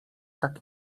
tak